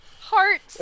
Heart